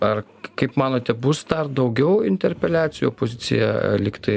ar kaip manote bus dar daugiau interpeliacijų opozicija lygtai